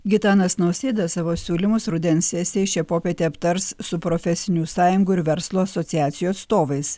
gitanas nausėda savo siūlymus rudens sesijoj šią popietę aptars su profesinių sąjungų ir verslo asociacijų atstovais